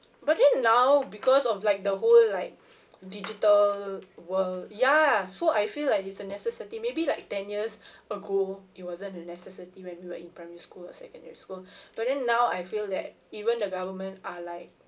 but then now because of like the whole like digital world ya so I feel like it's a necessity maybe like ten years ago it wasn't a necessity when we were in primary school or secondary school but then now I feel that even the government are like